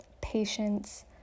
patience